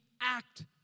act